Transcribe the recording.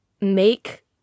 make